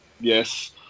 Yes